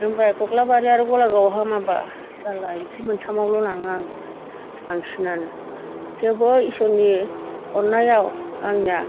ओमफ्राय कख्लाबारि आरो गलागावआव हामाब्ला जाला इखि मोनथामावल' लाङो आं बांसिनानो थेवबो इसोरनि अननायाव आंना